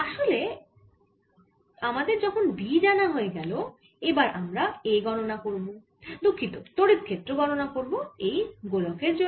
তাহলে আমাদের যখন B জানা হয়ে গেল এবার আমরা A গণনা করব দুঃখিত তড়িৎ ক্ষেত্র গণনা করব এই গোলকের জন্য